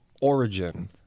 origin